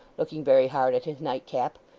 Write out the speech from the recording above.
looking very hard at his nightcap,